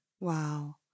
Wow